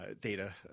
data